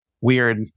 weird